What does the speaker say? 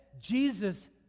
Jesus